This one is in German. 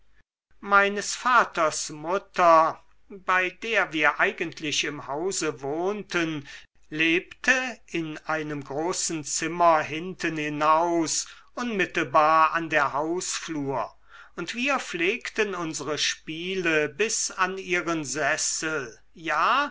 meines vaters mutter bei der wir eigentlich im hause wohnten lebte in einem großen zimmer hinten hinaus unmittelbar an der hausflur und wir pflegten unsere spiele bis an ihren sessel ja